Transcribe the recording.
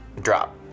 drop